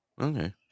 okay